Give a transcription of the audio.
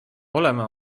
oleme